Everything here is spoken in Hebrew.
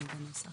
בוקר